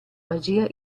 magia